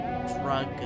drug